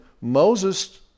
Moses